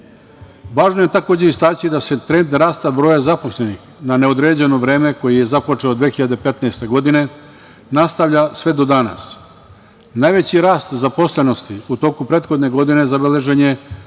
žene. Važno je takođe istaći da se trend rasta broja zaposlenih na neodređeno vreme koji je započeo 2015. godine nastavlja sve do danas. Najveći rast zaposlenosti u toku prethodne godine zabeležen je